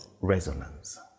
resonance